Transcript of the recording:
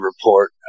report